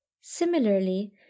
Similarly